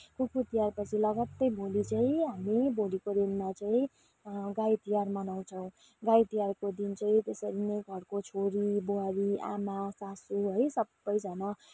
कुकुर तिहार पछि लगत्तै भोलि चाहिँ हामी भोलिको दिनमा चाहिँ गाई तिहार मनाउँछौँ गाई तिहारको दिन चाहिँ त्यसरी नै घरको छोरी बुहारी आमा सासु है सबैजाना